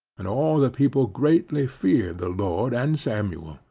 and all the people greatly feared the lord and samuel.